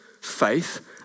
faith